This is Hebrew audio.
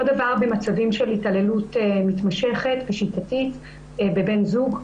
אותו דבר במצבים של התעללות מתמשכת ושיטתית בבן זוג.